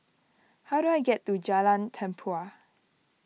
how do I get to Jalan Tempua